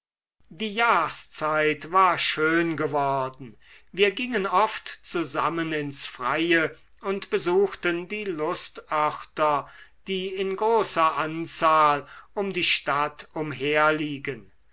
die jahrszeit war schön geworden wir gingen oft zusammen ins freie und besuchten die lustörter die in großer anzahl um die stadt